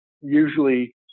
usually